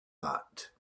that